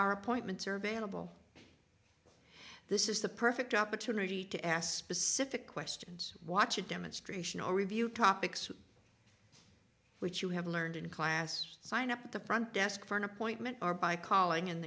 hour appointments are available this is the perfect opportunity to ask specific questions watch a demonstration or review topics which you have learned in class sign up at the front desk for an appointment or by calling